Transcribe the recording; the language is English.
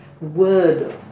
word